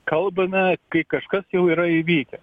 kalbame kai kažkas jau yra įvykę